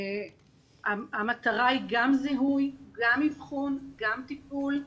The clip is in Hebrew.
המטרה היא גם זיהוי, גם אבחון, גם טיפול.